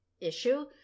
issue